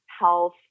health